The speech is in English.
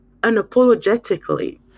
unapologetically